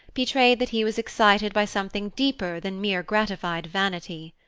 betrayed that he was excited by something deeper than mere gratified vanity.